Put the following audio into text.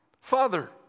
Father